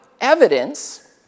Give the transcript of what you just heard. evidence